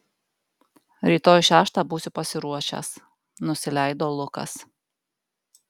rytoj šeštą būsiu pasiruošęs nusileido lukas